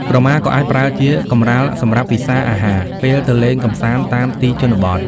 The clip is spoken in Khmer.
ក្រមាក៏អាចប្រើជា កម្រាលសម្រាប់ពិសាអាហារ ពេលទៅលេងកម្សាន្តតាមទីជនបទ។